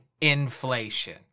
inflation